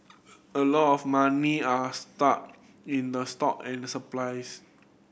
a lot of money are stuck in the stock and supplies